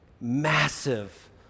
massive